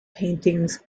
paintings